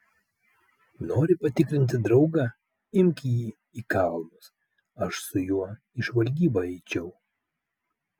nori patikrinti draugą imk jį į kalnus aš su juo į žvalgybą eičiau